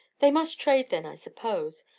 they must trade, then, i suppose.